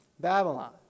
Babylon